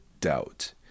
doubt